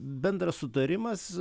bendras sutarimas